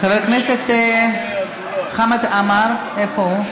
חבר הכנסת חמד עמאר, איפה הוא?